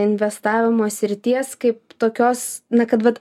investavimo srities kaip tokios na kad vat